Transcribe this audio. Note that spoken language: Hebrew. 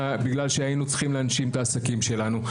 בגלל שהיינו צריכים להנשים את העסקים שלנו.